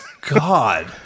God